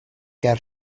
ger